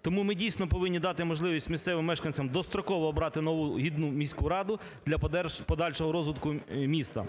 Тому ми дійсно повинні дати можливість місцевим мешканцям достроково обрати нову гідну міську раду для подальшого розвитку міста.